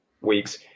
weeks